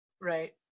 right